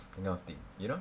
you know of thing you know